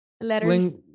letters